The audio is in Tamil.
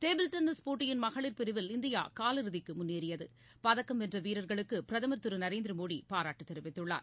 டேபிள் டென்னிஸ் போட்டியின் மகளிர் பிரிவில் இந்தியாகாலிறுதிக்குமுன்னேறியது பதக்கம் வென்றவீரர்களுக்குபிரதம் திருநரேந்திரமோடிபாராட்டுதெரிவித்துள்ளார்